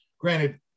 Granted